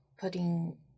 putting